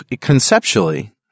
conceptually